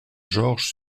georges